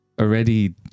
already